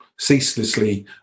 Ceaselessly